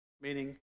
meaning